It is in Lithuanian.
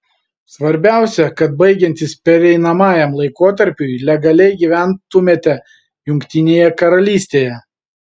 svarbiausia kad baigiantis pereinamajam laikotarpiui legaliai gyventumėte jungtinėje karalystėje